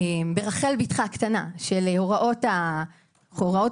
ברחל בתך הקטנה, של הוראות החוק.